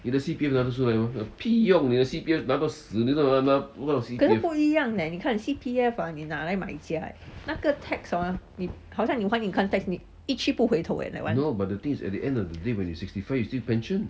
可能不一样 leh 你看 C_P_F ah 你拿来买家 eh 那个 tax orh 你好像你还 income tax 你你一去不回头 eh that one